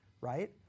right